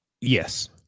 Yes